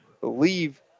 Believe